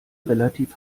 relativ